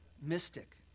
mystic